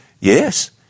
Yes